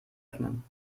öffnen